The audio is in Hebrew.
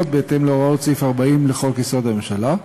בהתאם להוראות סעיף 40 לחוק-יסוד: הממשלה,